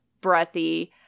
breathy